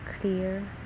clear